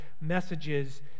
messages